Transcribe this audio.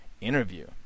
interview